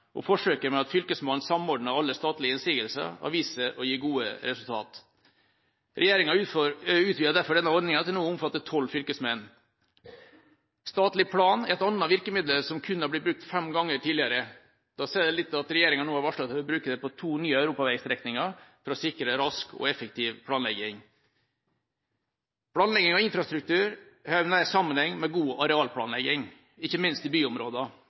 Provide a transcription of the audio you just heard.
innsigelsene. Forsøket med at Fylkesmannen samordner alle statlige innsigelser har vist seg å gi gode resultater. Regjeringa utvider derfor denne ordningen til nå å omfatte tolv fylkesmenn. Statlig plan er et annet virkemiddel som kun har blitt brukt fem ganger tidligere. Da sier det litt at regjeringa nå har varslet at de vil bruke det på to nye europaveistrekninger for å sikre rask og effektiv planlegging. Planlegging og infrastruktur har nær sammenheng med god arealplanlegging, ikke minst i